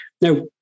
Now